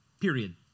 period